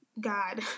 God